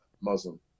Muslim